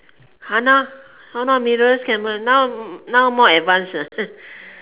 !hannor! !hannor! cameras now now more advanced